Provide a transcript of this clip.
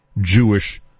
Jewish